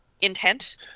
intent